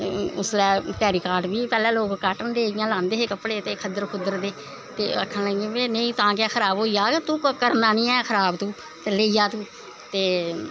उसलै टैरिकाट बी इयां पैग्लैं इयां लांदे हे कपड़े खद्दड़ खुद्दड़ दे ते आखन लगियां खराब होई जाह्ग करनां नी ऐ खराब तूं ते लेई जा तूं ते